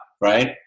right